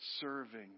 serving